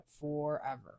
forever